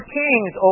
kings